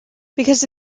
because